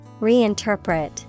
Reinterpret